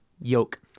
Yoke